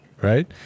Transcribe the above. right